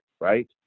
right